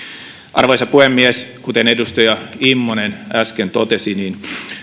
arvoisa puhemies kuten edustaja immonen äsken totesi